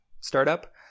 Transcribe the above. startup